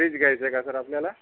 fridge घ्यायचा आहे का सर आपल्याला